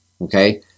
okay